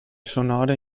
sonore